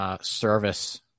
service